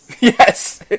yes